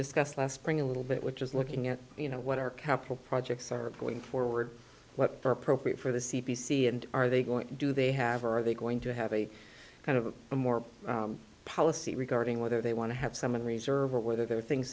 discussed last spring a little bit which is looking at you know what our capital projects are going forward what for appropriate for the c p c and are they going to do they have or are they going to have a kind of a more policy regarding whether they want to have some in reserve or whether there are things